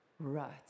Right